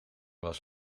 was